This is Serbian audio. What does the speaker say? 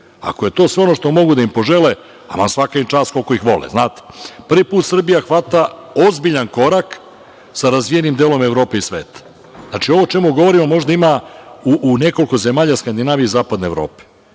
Ako je to sve ono što mogu da im požele, svaka im čast koliko ih vole, znate. Prvi put Srbija hvata ozbiljan korak sa razvijenim delom Evrope i sveta. Ovo o čemu govorimo možda ima u nekoliko zemalja Skandinavije i zapadne Evrope.